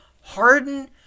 Harden –